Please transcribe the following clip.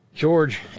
George